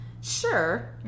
Sure